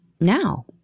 now